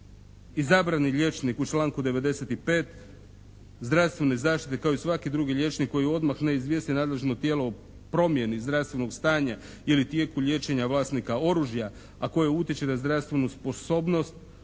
izabrani liječnik u članku 95. zdravstvene zaštite kao i svaki drugi liječnik koji odmah ne izvijesti nadležno tijelo o promjeni zdravstvenog stanja ili tijeku liječenja vlasnika oružja a koje utječe na zdravstvenu sposobnost